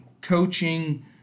coaching